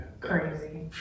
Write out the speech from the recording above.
crazy